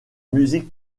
musiques